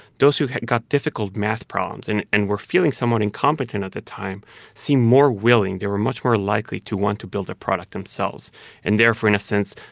those who got difficult math problems and and were feeling somewhat incompetent at the time seemed more willing. they were much more likely to want to build the product themselves and therefore, in a sense,